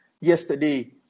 yesterday